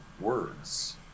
words